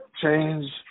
change